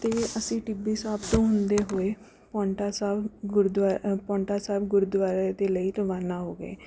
ਅਤੇ ਅਸੀਂ ਟਿੱਬੀ ਸਾਹਿਬ ਤੋਂ ਹੁੰਦੇ ਹੋਏ ਪਾਉਂਟਾ ਸਾਹਿਬ ਗੁਰਦੁਆਰਾ ਪਾਉਂਟਾ ਸਾਹਿਬ ਗੁਰਦੁਆਰਾ ਦੇ ਲਈ ਰਵਾਨਾ ਹੋ ਗਏ